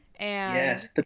Yes